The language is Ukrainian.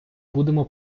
будемо